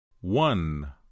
One